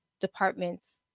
departments